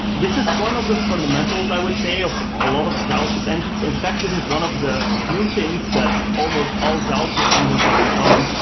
this is one of the fundamentals, i would say, of a lot of javascript engines. in fact, this is one of the few things that almost all javascript engines have in common.